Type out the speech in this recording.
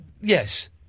Yes